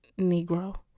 Negro